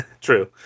True